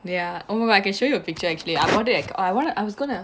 ya oh my I can show you a picture actually I bought it at I wanna I was gonna